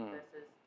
versus